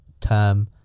term